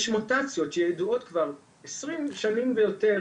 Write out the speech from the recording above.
יש מוטציות שידועות כבר 20 שנים ויותר